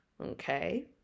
Okay